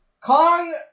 Kong